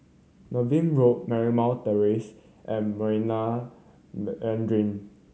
Niven Road Marymount Terrace and Marina Mandarin